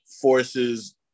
forces